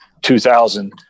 2000